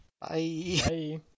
Bye